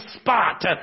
spot